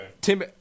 Tim